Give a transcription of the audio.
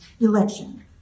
election